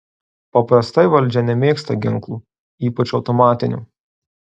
paprastai valdžia nemėgsta ginklų ypač automatinių